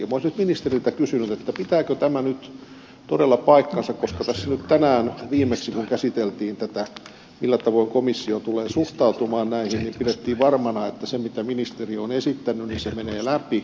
minä olisin nyt ministeriltä kysynyt pitääkö tämä nyt todella paikkansa koska tässä nyt tänään viimeksi kun käsiteltiin tätä millä tavoin komissio tulee suhtautumaan näihin pidettiin varmana että se mitä ministeriö on esittänyt menee läpi